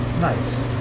nice